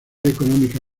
económica